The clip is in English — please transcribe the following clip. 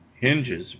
hinges